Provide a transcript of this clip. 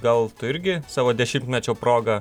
gal tu irgi savo dešimtmečio proga